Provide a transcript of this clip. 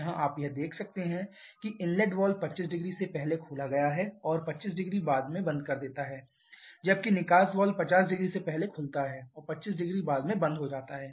यहां आप यह भी देख सकते हैं कि इनलेट वाल्व 250 से पहले खोला गया है और 250 बाद में बंद कर देता है जबकि निकास वाल्व 500 से पहले खुलता है और 250 बाद में बंद हो जाता है